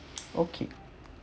okay